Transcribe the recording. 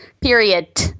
period